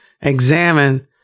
examine